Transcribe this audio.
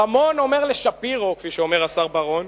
רמון אומר לשפירו", כפי שאומר השר בר-און,